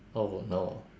oh no